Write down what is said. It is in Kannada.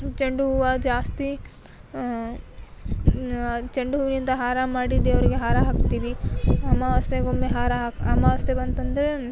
ಚೆಂಡು ಹೂವು ಜಾಸ್ತಿ ಚೆಂಡು ಹೂವಿನಿಂದ ಹಾರ ಮಾಡಿ ದೇವರಿಗೆ ಹಾರ ಹಾಕ್ತೀವಿ ಅಮವಾಸ್ಯೆಗೊಮ್ಮೆ ಹಾರ ಹಾಕಿ ಅಮವಾಸ್ಯೆ ಬಂತೆಂದರೆ